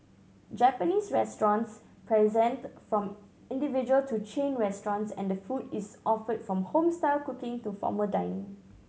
Japanese restaurants present from individual to chain restaurants and the food is offered from home style cooking to formal dining